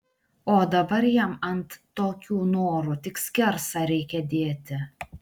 o dabar jam ant tokių norų tik skersą reikia dėti